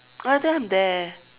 I think I'm there